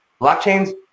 Blockchains